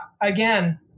again